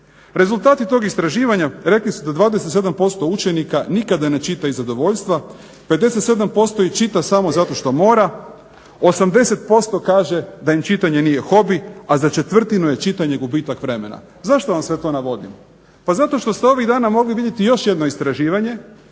Rezultati tog istraživanja rekli su da 27% učenika nikada ne čita iz zadovoljstva, 57% ih čita samo zato što mora, 80% kaže da im čitanje nije hobi, a četvrtinu je čitanje gubitak vremena. Zašto vam sve to navodim? Pa zato što ste ovih dana mogli vidjeti još jedno istraživanje